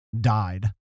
died